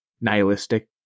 nihilistic